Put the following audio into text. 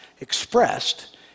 expressed